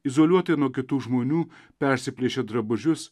izoliuotai nuo kitų žmonių persiplėšę drabužius